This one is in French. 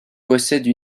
possède